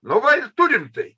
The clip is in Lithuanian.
nu va ir turim tai